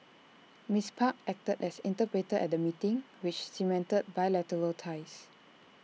miss park acted as interpreter at the meeting which cemented bilateral ties